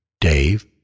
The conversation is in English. Dave